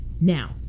Now